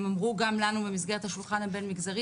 הם אמרו גם לנו במסגרת השולחן הבין-מגזרי